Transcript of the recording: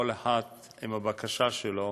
כל אחד עם הבקשה שלו,